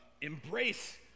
embrace